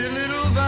little